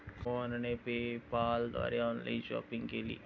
मोहनने पेपाल द्वारे online shopping केली